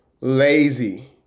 lazy